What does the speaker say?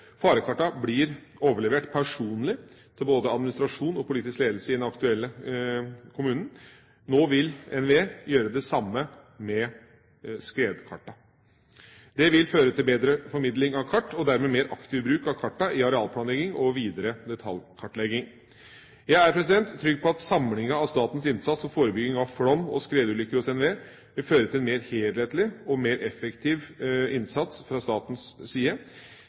blir overlevert personlig til både administrasjon og politisk ledelse i den aktuelle kommunen. Nå vil NVE gjøre det samme med skredkartene. Det vil føre til bedre formidling av kart og dermed mer aktiv bruk av kartene i arealplanlegging og videre detaljkartlegging. Jeg er trygg på at samlinga av statens innsats for forebygging av flom- og skredulykker hos NVE vil føre til en mer helhetlig og mer effektiv innsats fra statens side.